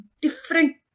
different